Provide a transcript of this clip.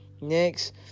Next